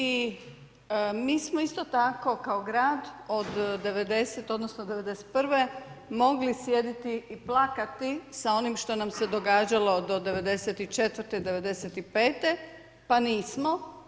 I mi smo isto tako kao grad od '90. odnosno '91. mogli sjediti i plakati sa onim što nam se događalo do '94., '95. pa nismo.